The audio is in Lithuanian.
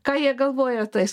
ką jie galvoja tais